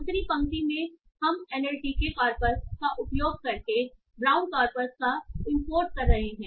दूसरी पंक्ति में हम NLTK कॉर्पस का उपयोग करके ब्राउन कॉर्पस का इंपोर्ट कर रहे हैं